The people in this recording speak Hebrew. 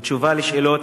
ובתשובה על שאלות